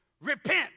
repent